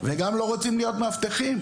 וגם לא רוצים להיות מאבטחים,